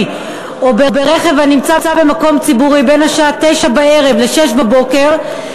או ברכב הנמצא במקום ציבורי בין השעות 21:00 ו-06:00,